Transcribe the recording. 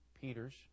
Peter's